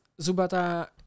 Zubata